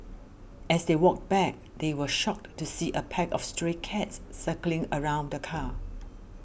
as they walked back they were shocked to see a pack of stray dogs circling around the car